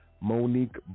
Monique